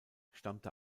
stammte